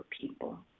people